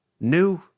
new